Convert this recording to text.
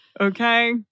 Okay